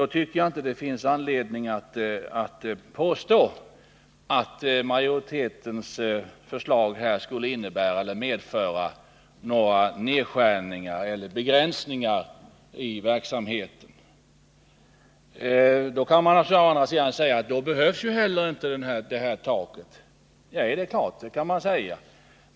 Då tycker jag inte det finns anledning att påstå att majoritetens förslag här skulle medföra några nedskärningar eller begränsningar i verksamheten. Å andra sidan kan man naturligtvis säga att i så fall behövs inte heller det här taket. Nej, det är klart, det kan man säga.